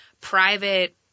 private